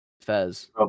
Fez